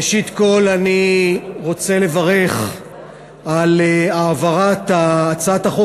ראשית אני רוצה לברך על העברת הצעת החוק